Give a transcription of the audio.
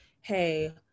hey